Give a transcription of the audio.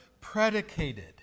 predicated